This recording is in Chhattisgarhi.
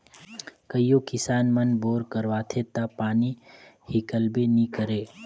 कइयो किसान मन बोर करवाथे ता पानी हिकलबे नी करे